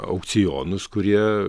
aukcionus kurie